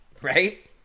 Right